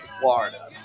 Florida